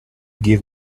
give